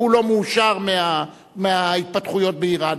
שהוא לא מאושר מההתפתחויות באירן.